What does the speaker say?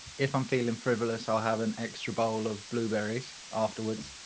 if i'm feeling frivolous, i'll have an extra bowl of blueberries afterwards.